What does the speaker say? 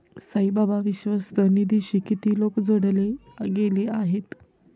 साईबाबा विश्वस्त निधीशी किती लोक जोडले गेले आहेत?